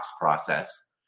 process